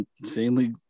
insanely